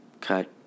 cut